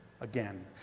again